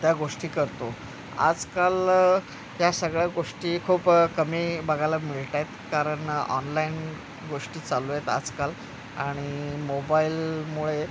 त्या गोष्टी करतो आजकाल या सगळ्या गोष्टी खूप कमी बघायला मिळत आहेत कारण ऑनलाईन गोष्टी चालू आहेत आजकाल आणि मोबाईलमुळे